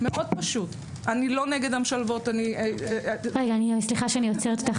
אני לא נגד המשלבות --- סליחה שאני עוצרת אותך,